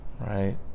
Right